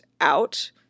out